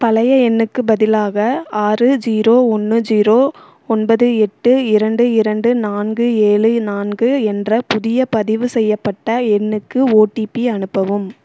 பழைய எண்ணுக்குப் பதிலாக ஆறு ஜீரோ ஒன்று ஜீரோ ஒன்பது எட்டு இரண்டு இரண்டு நான்கு ஏழு நான்கு என்ற புதிய பதிவுசெய்யப்பட்ட எண்ணுக்கு ஓடிபி அனுப்பவும்